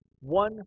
One